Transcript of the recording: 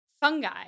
fungi